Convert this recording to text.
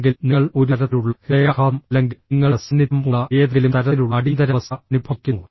അല്ലെങ്കിൽ നിങ്ങൾ ഒരു തരത്തിലുള്ള ഹൃദയാഘാതം അല്ലെങ്കിൽ നിങ്ങളുടെ സാന്നിധ്യം ഉള്ള ഏതെങ്കിലും തരത്തിലുള്ള അടിയന്തരാവസ്ഥ അനുഭവിക്കുന്നു